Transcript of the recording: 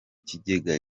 kigega